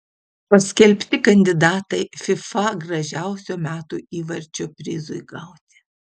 paskelbti kandidatai fifa gražiausio metų įvarčio prizui gauti